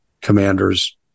commanders